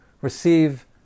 receive